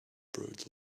broad